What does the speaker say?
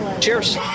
cheers